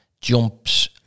jumps